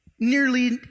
nearly